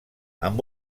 amb